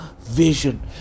vision